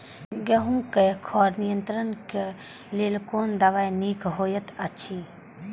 गेहूँ क खर नियंत्रण क लेल कोन दवा निक होयत अछि?